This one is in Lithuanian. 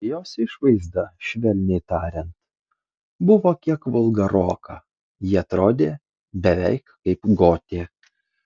jos išvaizda švelniai tariant buvo kiek vulgaroka ji atrodė beveik kaip gotė